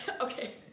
okay